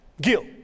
Guilt